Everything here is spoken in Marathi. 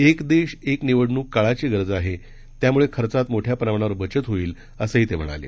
एक देश एक निवडणूक काळाची गरज आहे त्यामुळे खर्चात मोठ्या प्रमाणावर बचत होईल असंही ते म्हणाले